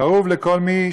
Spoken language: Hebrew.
כאוב לכל מי